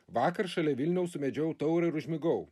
vakar šalia vilniaus sumedžiojau taurą ir užmigau